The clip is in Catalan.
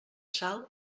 sal